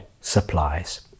supplies